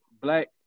black